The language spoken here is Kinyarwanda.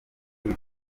kuba